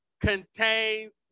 contains